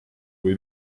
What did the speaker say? või